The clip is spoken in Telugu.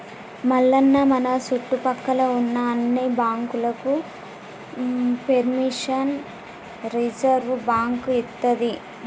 మల్లన్న మన సుట్టుపక్కల ఉన్న అన్ని బాంకులకు పెర్మిషన్ రిజర్వ్ బాంకు ఇత్తది